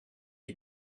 die